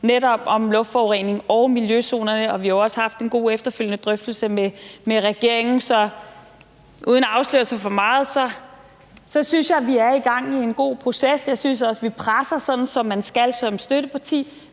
netop luftforurening og miljøzonerne, og vi har jo også haft en god efterfølgende drøftelse med regeringen. Så uden at afsløre for meget synes jeg, at vi er i gang med en god proces, og jeg synes også, at vi presser sådan, som man skal som støtteparti.